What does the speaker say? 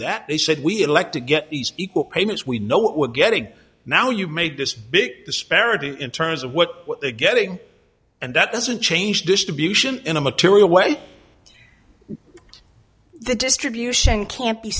that they said we elect to get equal payments we know what we're getting now you made this big disparity in terms of what they're getting and that doesn't change distribution in a material way the distribution can't be